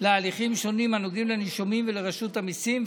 להליכים שונים הנוגעים לנישומים ולרשות המיסים,